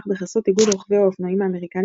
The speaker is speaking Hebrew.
בחסות איגוד רוכבי האופנועים האמריקני,